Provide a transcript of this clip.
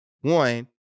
one